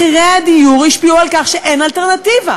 מחירי הדיור השפיעו על כך שאין אלטרנטיבה